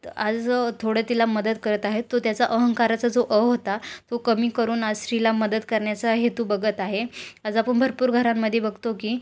आज थोडं तिला मदत करत आहेत तो त्याचा अहंकाराचा जो अ होता तो कमी करून आज स्त्रीला मदत करण्याचा हेतू बघत आहे आज आपण भरपूर घरांमध्ये बघतो की